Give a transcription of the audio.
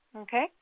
Okay